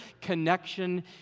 connection